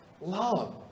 love